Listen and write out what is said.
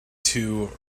two